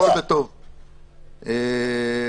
האם יש חסמים?